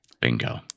Bingo